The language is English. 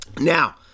Now